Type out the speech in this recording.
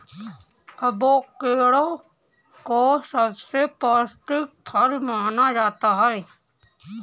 avocado को सबसे पौष्टिक फल माना जाता है